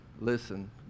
Listen